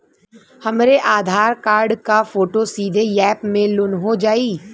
हमरे आधार कार्ड क फोटो सीधे यैप में लोनहो जाई?